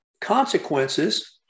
consequences